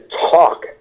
talk